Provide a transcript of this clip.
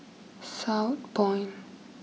Southpoint